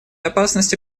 опасности